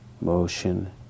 motion